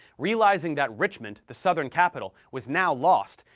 realizing that richmond, the southern capital, was now lost,